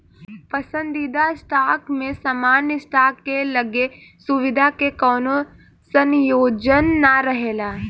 पसंदीदा स्टॉक में सामान्य स्टॉक के लगे सुविधा के कवनो संयोजन ना रहेला